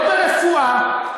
לא ברפואה,